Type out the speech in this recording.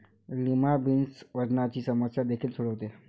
lima beans वजनाची समस्या देखील सोडवते